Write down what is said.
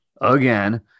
Again